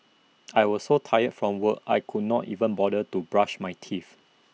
I was so tired from work I could not even bother to brush my teeth